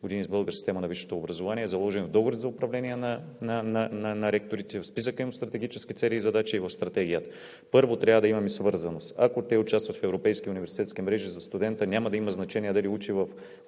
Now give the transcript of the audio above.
години в българската система на висшето образование, е заложено в договорите за управление на ректорите, в списъка им от стратегически цели и задачи и в Стратегията. Първо, трябва да имаме свързаност. Ако те участват в европейски университетски мрежи, за студента няма да има значение дали учи в